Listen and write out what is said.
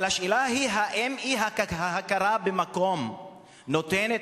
השאלה היא אם האי-הכרה במקום נותנת